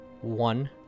one